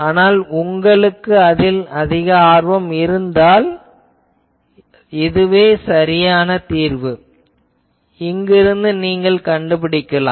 ஆனால் உங்களுக்கு அதில் ஆர்வம் இருந்தால் இதுவே சரியான தீர்வு இங்கிருந்து நீங்கள் கண்டுபிடிக்கலாம்